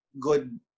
good